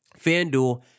FanDuel